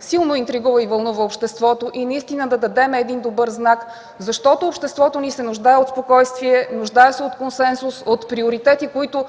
силно интригува и вълнува обществото и наистина да дадем добър знак, защото обществото ни се нуждае от спокойствие, нуждае се от консенсус, от приоритети, които